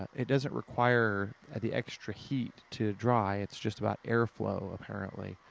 it doesn't require the extra heat to dry. it's just about air flow, apparently.